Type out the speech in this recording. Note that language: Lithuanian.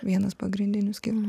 vienas pagrindinių skirtumų